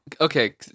Okay